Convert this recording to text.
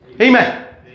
Amen